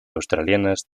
australianas